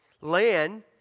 land